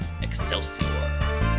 Excelsior